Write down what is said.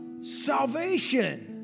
salvation